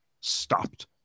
stopped